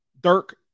Dirk